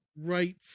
Right